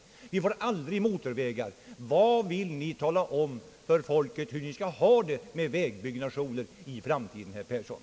Med den farten får vi aldrig motorvägar i erforderlig omfattning. Vad vill ni tala om för folket att det skall vänta sig i framtiden, herr Persson?